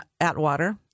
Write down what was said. Atwater